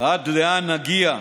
עד לאן נגיע.